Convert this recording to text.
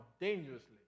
dangerously